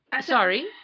sorry